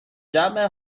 جمع